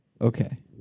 Okay